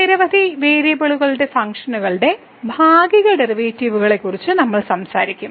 നിരവധി വേരിയബിളുകളുടെ ഫംഗ്ഷനുകളുടെ ഭാഗിക ഡെറിവേറ്റീവുകളെക്കുറിച്ചും നമ്മൾ സംസാരിക്കും